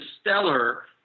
stellar